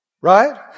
Right